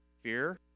fear